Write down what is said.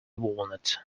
walnut